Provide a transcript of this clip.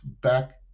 back